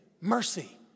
mercy